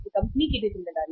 यह कंपनी की भी जिम्मेदारी है